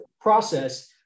process